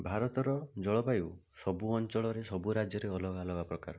ଭାରତର ଜଳବାୟୁ ସବୁ ଅଞ୍ଚଳରେ ସବୁ ରାଜ୍ୟରେ ଅଲଗା ଅଲଗା ପ୍ରକାର